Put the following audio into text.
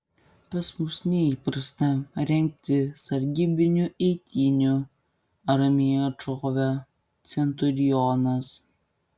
pas mus neįprasta rengti sargybinių eitynių ramiai atšovė centurionas